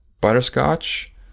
butterscotch